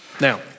Now